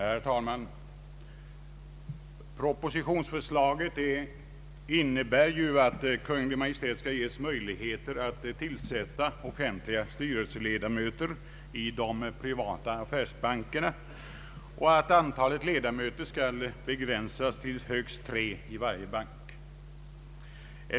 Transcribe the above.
Herr talman! Propositionsförslaget innebär att Kungl. Maj:t skall ges möjligheter att tillsätta offentliga styrelseledamöter i de privata affärsbankerna och att antalet styrelseledamöter skall begränsas till högst tre i varje bank.